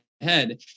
head